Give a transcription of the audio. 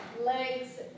Legs